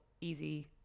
easy